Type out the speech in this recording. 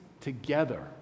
together